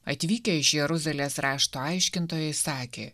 atvykę iš jeruzalės rašto aiškintojai sakė